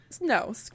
no